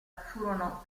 furono